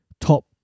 top